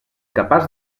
capaç